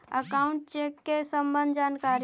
Account check के सम्बन्ध जानकारी?